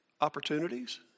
opportunities